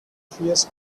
fewest